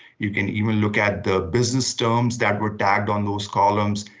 you can even look at the business terms that were tagged on those columns,